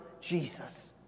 Jesus